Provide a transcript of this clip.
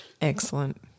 Excellent